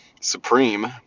supreme